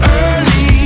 early